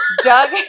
Doug